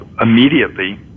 immediately